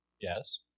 Yes